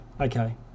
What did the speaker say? okay